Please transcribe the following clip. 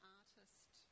artist